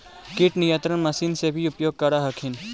किट नियन्त्रण मशिन से भी उपयोग कर हखिन?